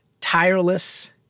tireless